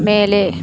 மேலே